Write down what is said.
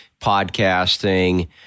podcasting